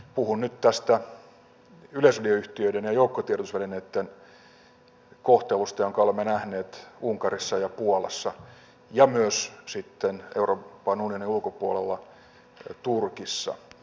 puhun nyt tästä yleisradioyhtiöiden ja joukkotiedotusvälineitten kohtelusta jonka olemme nähneet unkarissa ja puolassa ja myös sitten euroopan unionin ulkopuolella turkissa